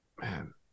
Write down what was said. Man